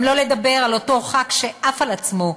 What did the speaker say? גם לא לדבר על אותו חבר כנסת שעף על עצמו,